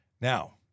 Now